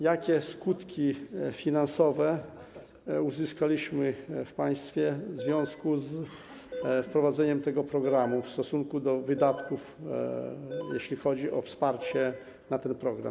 Jakie skutki finansowe uzyskaliśmy jako państwo w związku z wprowadzeniem tego programu w stosunku do wydatków, jeśli chodzi o wsparcie programu?